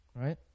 right